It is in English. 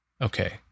Okay